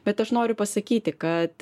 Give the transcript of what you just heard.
bet aš noriu pasakyti kad